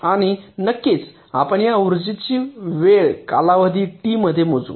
आणि नक्कीच आपण या उर्जाची वेळ कालावधी टी मध्ये मोजू